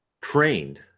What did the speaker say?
trained